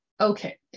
Okay